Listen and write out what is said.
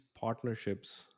partnerships